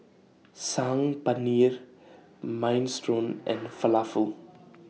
Saag Paneer Minestrone and Falafel